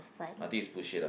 I think is bullshit lah